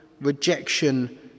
rejection